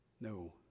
No